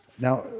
Now